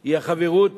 הוא החברות